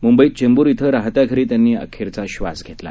मुंबईत चेंबूर झिं राहत्या घरी त्यांनी अखेरचा श्वास घेतला